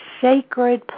sacred